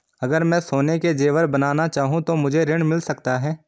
अगर मैं सोने के ज़ेवर बनाना चाहूं तो मुझे ऋण मिल सकता है?